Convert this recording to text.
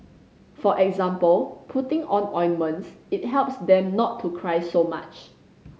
for example putting on ointments it helps them not to cry so much